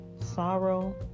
Sorrow